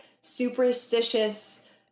superstitious